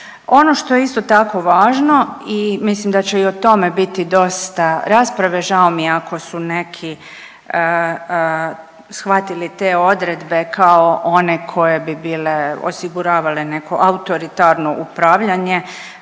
Ono što je isto tako važno i mislim da će i o tome biti dosta rasprave, žao mi je ako su neki shvatili te odredbe kao one koje bi bile, osiguravale neko autoritarno upravljanje